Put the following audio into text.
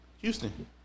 Houston